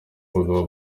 abagabo